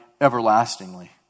everlastingly